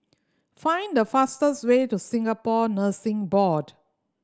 find the fastest way to Singapore Nursing Board